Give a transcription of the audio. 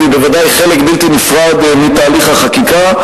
והיא בוודאי חלק בלתי נפרד מתהליך החקיקה.